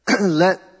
Let